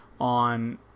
on